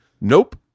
nope